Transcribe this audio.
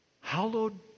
Hallowed